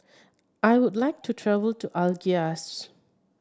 I would like to travel to Algiers